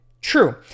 true